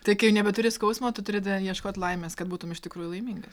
tai nebeturi skausmo tu turi da ieškot laimės kad būtum iš tikrųjų laimingas